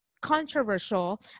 controversial